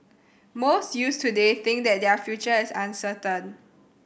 most youths today think that their future is uncertain